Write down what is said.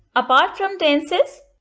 apart from tenses,